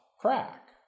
crack